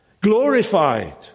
glorified